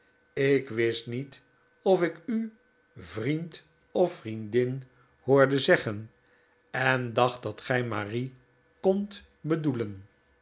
ik wist niet of ik u vriend of vriendin hoorde zeggen en dacht dat gij marie kondt bedoelen